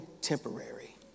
temporary